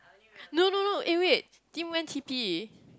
no no no eh wait Tim went T_P